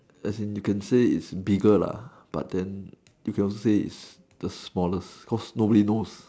as in you can say it's bigger lah but then you can also say it's the smaller cause nobody knows